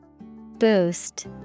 Boost